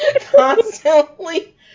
constantly